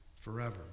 forever